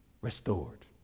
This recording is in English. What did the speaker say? restored